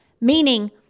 Meaning